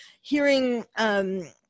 hearing